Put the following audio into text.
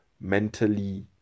mentally